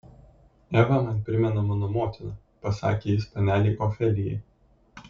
eva man primena mano motiną pasakė jis panelei ofelijai